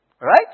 Right